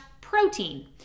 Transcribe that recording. protein